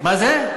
מה זה?